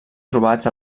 trobats